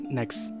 next